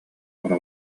хоно